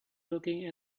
looking